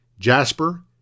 Jasper